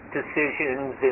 decisions